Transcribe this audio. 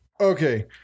Okay